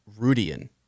rudian